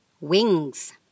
wings